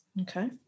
Okay